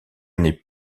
n’ai